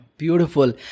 Beautiful